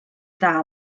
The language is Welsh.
dda